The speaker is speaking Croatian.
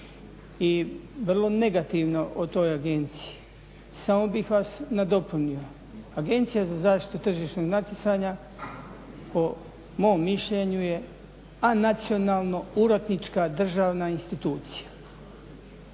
i vrlo negativno o toj agenciji. Samo bih vas nadopunio, AZTN po mom mišljenju je anacionalno urotnička državna institucija